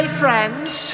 friends